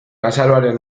azaroaren